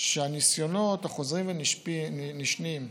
שהניסיונות החוזרים והנשנים,